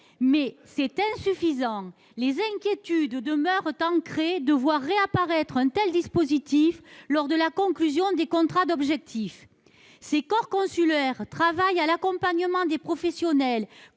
mais c'est insuffisant. Les inquiétudes demeurent ancrées : nous craignons de voir réapparaître un tel dispositif lors de la conclusion des contrats d'objectifs. Les chambres d'agriculture travaillent à l'accompagnement des professionnels